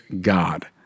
God